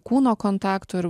kūno kontakto ir